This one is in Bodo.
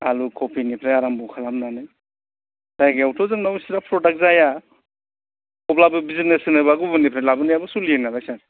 आलु खफिनिफ्राय आराम्ब' खालामनानै जायगायावथ' जोंनाव इसिग्राप प्रदाक्त जाया अब्लाबो बिजिनेस होनोबा गुबुननिफ्राय लाबोनायाबो सोलियो नालाय सार